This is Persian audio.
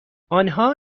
آنها